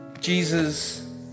Jesus